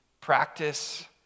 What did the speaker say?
practice